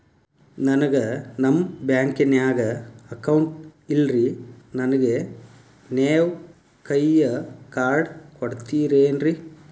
ನನ್ಗ ನಮ್ ಬ್ಯಾಂಕಿನ್ಯಾಗ ಅಕೌಂಟ್ ಇಲ್ರಿ, ನನ್ಗೆ ನೇವ್ ಕೈಯ ಕಾರ್ಡ್ ಕೊಡ್ತಿರೇನ್ರಿ?